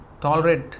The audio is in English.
tolerate